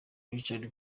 richard